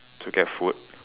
to get food